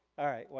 alright.